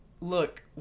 look